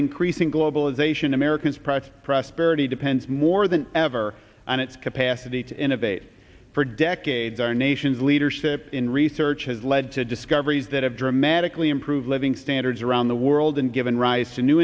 increasing globalization americans pressed prosperity depends more than ever on its capacity to innovate for decades our nation's leadership in research has led to discoveries that have dramatically improve living standards around the world and given rise to new